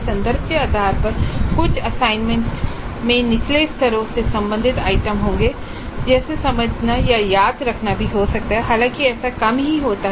संदर्भ के आधार पर कुछ असाइनमेंट में निचले स्तरों से संबंधित आइटम जैसे समझना या याद रखना भी हो सकते हैं हालांकि ऐसा कम ही होता है